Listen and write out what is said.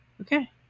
Okay